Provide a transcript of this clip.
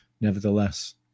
nevertheless